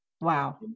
Wow